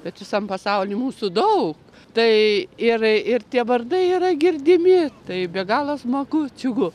bet visam pasauly mūsų daug tai ir ir tie vardai yra girdimi tai be galo smagu džiugu